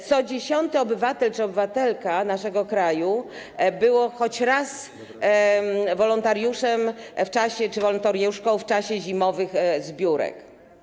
Co dziesiąty obywatel, czy obywatelka, naszego kraju był choć raz wolontariuszem, czy wolontariuszką, w czasie zimowych zbiórek.